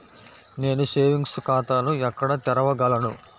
నేను సేవింగ్స్ ఖాతాను ఎక్కడ తెరవగలను?